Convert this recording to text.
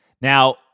Now